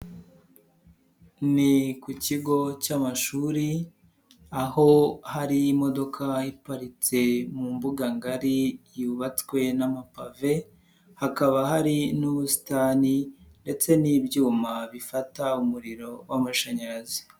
Ni ku kigo cy'amashuri, aho hari imodoka iparitse mu mbuga ngari yubatswe n'amapave, hakaba hari n'ubusitani ndetse n'ibyuma bifata umuriro w'amashanyarazi.